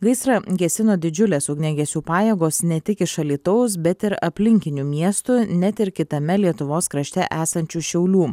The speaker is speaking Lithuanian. gaisrą gesino didžiulės ugniagesių pajėgos ne tik iš alytaus bet ir aplinkinių miestų net ir kitame lietuvos krašte esančių šiaulių